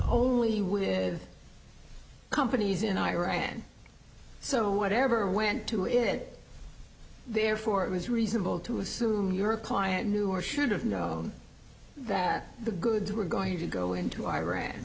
only with companies in iran so whatever went to it therefore it was reasonable to assume your client knew or should have known that the goods were going to go into iran